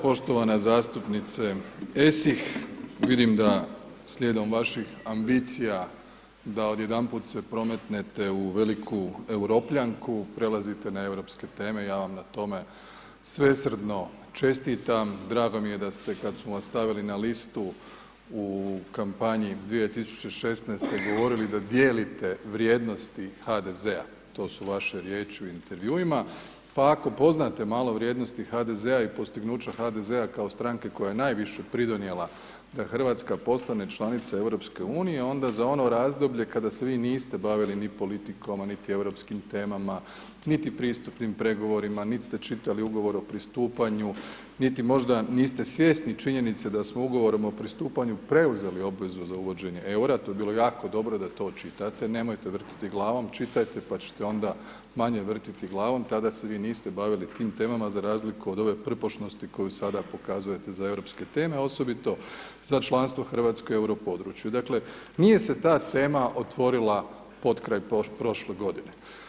Poštovana zastupnice Esih, vidim da slijedom vaših ambicija da odjedanput se prometnete u veliku Europljanku, prelazite na europske teme, ja vam na to svesrdno čestitam, drago mi je da ste kad smo vas stavili listu u kampanji 2016., govorili da dijelite vrijednosti HDZ-a, to su vaše riječi u intervjuima, pa ako poznate malo vrijednosti HDZ-a i postignuća HDZ-a kao stranke koja je naviše pridonijela da Hrvatska postane članica EU-a, onda za ono razdoblje kada se vi niste bavili ni politikom a niti europskim temama niti pristupnim pregovorima nit ste čitali ugovor o pristupanju niti možda niste svjesni činjenice da smo ugovorom o pristupanju preuzeli obvezu za uvođenje eura, to bi bilo jako dobro da to čitate, nemojte vrtiti glavom, čitajte pa ćete onda manje vrtiti glavom, tada se vi niste bavili tim temama za razliku od ove prpošnosti koju sada pokazujete za europske teme a osobito za članstvo Hrvatske u euro području, dakle nije se ta tema otvorila potkraj prošle godine.